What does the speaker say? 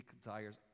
desires